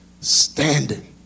standing